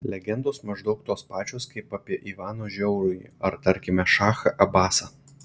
legendos maždaug tos pačios kaip apie ivaną žiaurųjį ar tarkime šachą abasą